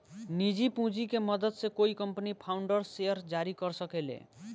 निजी पूंजी के मदद से कोई कंपनी फाउंडर्स शेयर जारी कर सके ले